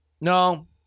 No